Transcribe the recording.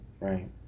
right